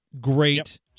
great